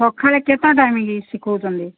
ସକାଳେ କେତେ ଟାଇମ୍ କି ଶିଖାଉଛନ୍ତି